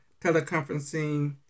teleconferencing